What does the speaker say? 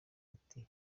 iti